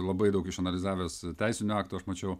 labai daug išanalizavęs teisinių aktų aš mačiau